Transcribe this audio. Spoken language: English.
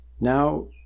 now